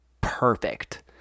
perfect